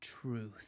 Truth